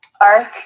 arc